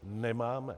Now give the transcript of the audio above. Nemáme.